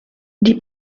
die